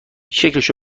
شکلشو